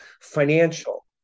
financial